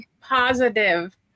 positive